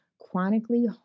chronically